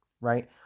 right